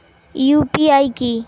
UPI কি?